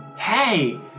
hey